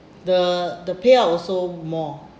the the payout also more